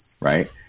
right